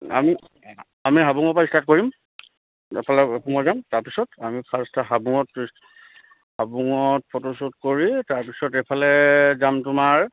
আমি আমি হাবুঙৰ পৰা ষ্টাৰ্ট কৰিম যাম তাৰপিছত আমি ফাৰ্ষ্ট হাবুঙত হাবুঙত ফটো শ্বুট কৰি তাৰপিছত এইফালে যাম তোমাৰ